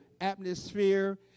atmosphere